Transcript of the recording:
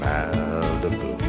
Malibu